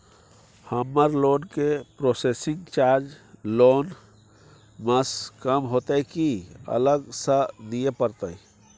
हमर लोन के processing charge loan म स कम होतै की अलग स दिए परतै?